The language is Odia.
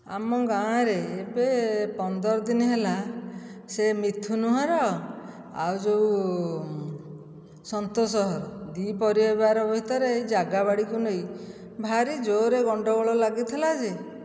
ଆମ ଗାଁରେ ଏବେ ପନ୍ଦର ଦିନ ହେଲା ସେ ମିଥୁନ ଘର ଆଉ ଯେଉଁ ସନ୍ତୋଷ ଘର ଦୁଇ ପରିବାର ଭିତରେ ଏହି ଜାଗାବାଡ଼ିକୁ ନେଇ ଭାରି ଜୋରରେ ଗଣ୍ଡଗୋଳ ଲାଗିଥିଲା ଯେ